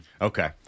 Okay